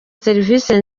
serivisi